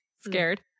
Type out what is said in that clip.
Scared